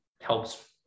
helps